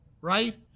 right